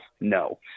no